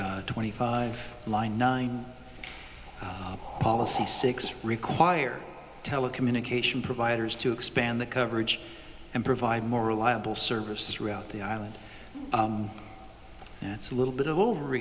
twenty five my nine policy six require telecommunication providers to expand the coverage and provide more reliable service throughout the island and it's a little bit of